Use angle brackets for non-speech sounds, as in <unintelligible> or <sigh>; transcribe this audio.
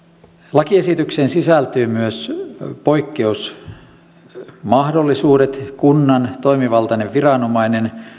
lakiesitykseen sisältyy myös poikkeusmahdollisuudet kunnan toimivaltainen viranomainen <unintelligible>